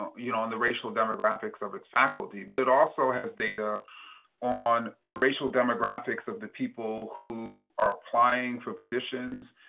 you know on the racial demographics of its faculty, but it also has data on the racial demographics of the people who are applying for positions,